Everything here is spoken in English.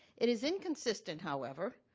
it is inconsistent, however,